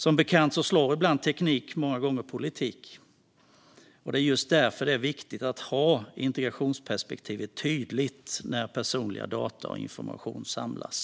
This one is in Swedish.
Som bekant slår teknik många gånger politik. Det är just därför som det är viktigt att ha integritetsperspektivet tydligt när personliga data och information samlas.